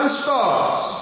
stars